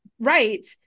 right